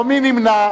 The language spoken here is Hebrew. או מי נמנע?